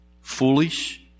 foolish